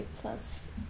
plus